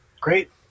Great